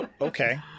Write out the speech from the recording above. okay